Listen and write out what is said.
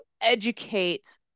educate